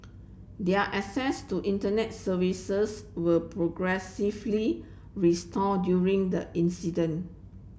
their access to internet services were progressively restored during the incident